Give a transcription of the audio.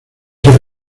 ser